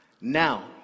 Now